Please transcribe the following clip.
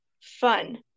fun